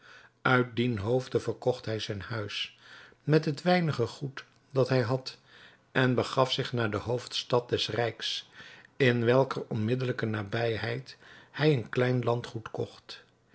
uit dien hoofde verkocht hij zijn huis met het weinige goed dat hij had en begaf zich naar de hoofdstad des rijks in welker onmiddelijke nabijheid hij een klein landgoed kocht